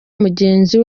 mugenzi